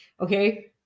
Okay